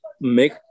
make